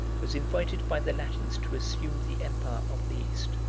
was invited by the latins to assume the empire of the east.